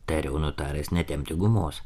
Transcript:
tariau nutaręs netempti gumos